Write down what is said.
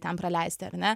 ten praleisti ar ne